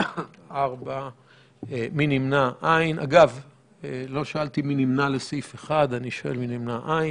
4 נמנעים, אין ההסתייגות בסעיף 1 לא אושרה.